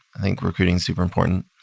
i think recruiting super important.